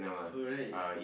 correct